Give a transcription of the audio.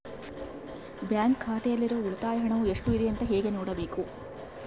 Bank ಖಾತೆಯಲ್ಲಿರುವ ಉಳಿತಾಯ ಹಣವು ಎಷ್ಟುಇದೆ ಅಂತ ಹೇಗೆ ನೋಡಬೇಕು?